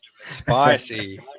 Spicy